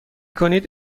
کنید